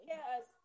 Yes